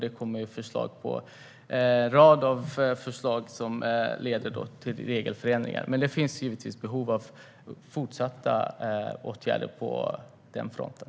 Det kommer en rad förslag som leder till regelförändringar. Men det finns givetvis behov av fortsatta åtgärder på den fronten.